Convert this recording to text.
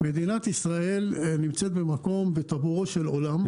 מדינת ישראל נמצאת בטבורו של עולם,